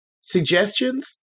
Suggestions